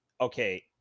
okay